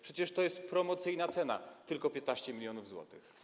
Przecież to jest promocyjna cena, tylko 15 mln zł.